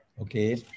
Okay